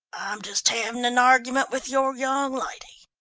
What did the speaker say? i'm just having an argument with your young lady.